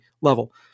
level